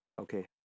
Okay